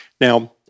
Now